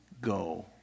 go